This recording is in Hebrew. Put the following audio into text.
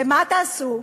ומה תעשו?